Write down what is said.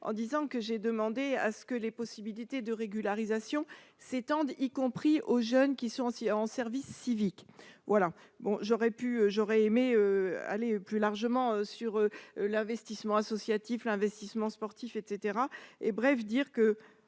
en disant que j'ai demandé à ce que les possibilités de régularisation s'étendent, y compris aux jeunes qui sont aussi à en service civique voilà, bon, j'aurais pu, j'aurais aimé aller plus largement sur l'investissement associatif l'investissement sportif, etc